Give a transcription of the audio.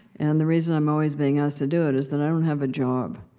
and the reason i'm always being asked to do it is that i don't have a job.